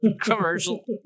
Commercial